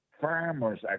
Farmers